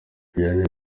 vianney